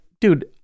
dude